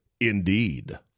indeed